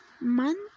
month